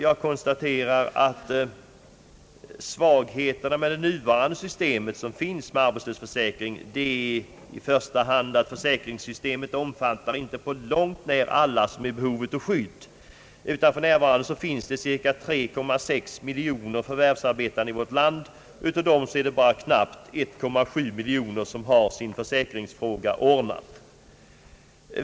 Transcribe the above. Jag konstaterar att svagheterna i den nuvarande arbetslöshetsförsäkringen i första hand är att försäkringssystemet inte på långt när omfattar alla som är i behov av skydd. För närvarande finns det cirka 3,6 miljoner förvärvsarbetande i vårt land. Av dem är det knappt 1,7 miljoner personer som har sin försäkringsfråga ordnad.